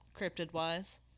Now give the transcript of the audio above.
cryptid-wise